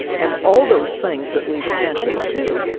and all those things that we potentially do,